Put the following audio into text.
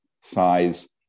size